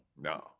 No